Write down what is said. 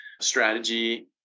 strategy